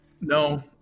No